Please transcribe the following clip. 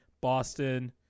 Boston